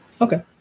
Okay